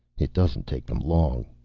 it doesn't take them long.